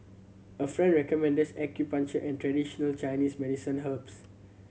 a friend recommends acupuncture and traditional Chinese medicine herbs